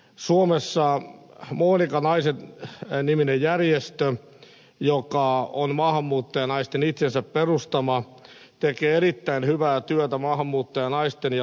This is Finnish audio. suomessa monika naiset niminen järjestö joka on maahanmuuttajanaisten itsensä perustama tekee erittäin hyvää työtä maahanmuuttajanaisten ja lasten parissa